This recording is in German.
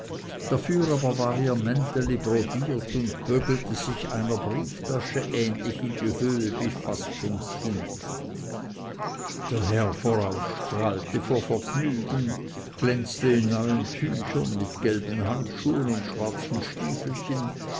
dafür aber war ihr mänteli brodiert und bögelte sich einer brieftasche ähnlich in die höhe bis fast zum kinn der herr vorauf strahlte vor vergnügen glänzte in neuen tüchern mit gelben handschuhen und schwarzen stiefelchen